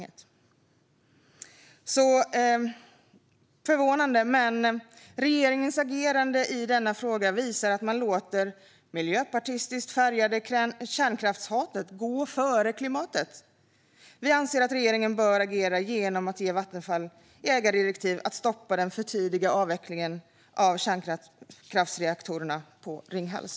Det är förvånande, men regeringens agerande i denna fråga visar att man låter det miljöpartistiskt färgade kärnkraftshatet gå före klimatet. Vi anser att regeringen bör agera genom att ge Vattenfall ägardirektiv att stoppa den för tidiga avvecklingen av kärnkraftsreaktorerna i Ringhals.